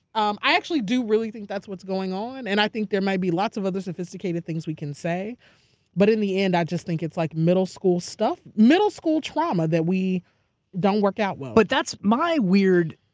um i actually do really think that's what's going on and i think there might be lots of other sophisticated things we can say but in the end, i just think it's like middle school stuff, middle school trauma that we don't work out well. but that's my weird.